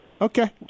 okay